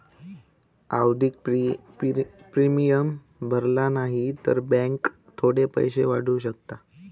आवधिक प्रिमियम भरला न्हाई तर बॅन्क थोडे पैशे वाढवू शकता